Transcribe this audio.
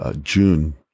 June